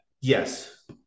yes